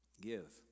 give